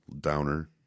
downer